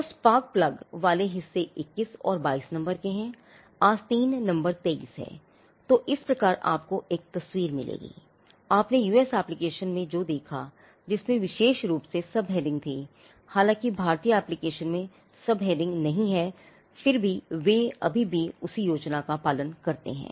तो spark plug नहीं हैं फिर भी वे अभी भी उसी योजना का पालन करते हैं